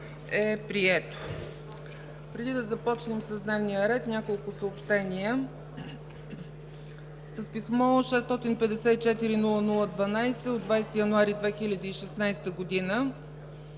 Преди да започнем с дневния ред няколко съобщения. С писмо № 654-00-12 от 20 януари 2016 г.